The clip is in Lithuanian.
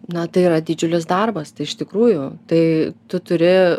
na tai yra didžiulis darbas tai iš tikrųjų tai tu turi